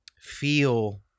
feel